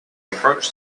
approached